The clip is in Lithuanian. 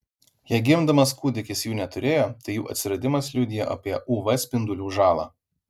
jei gimdamas kūdikis jų neturėjo tai jų atsiradimas liudija apie uv spindulių žalą